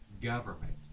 government